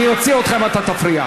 אני אוציא אותך אם אתה תפריע.